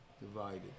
divided